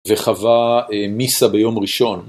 וחווה מיסה ביום ראשון.